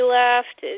left